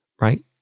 Right